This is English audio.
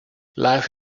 life